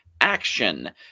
action